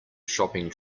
shopping